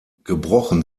gebrochen